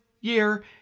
year